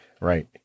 right